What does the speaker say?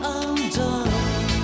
undone